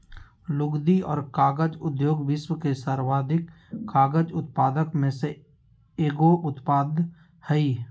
लुगदी और कागज उद्योग विश्व के सर्वाधिक कागज उत्पादक में से एगो उत्पाद हइ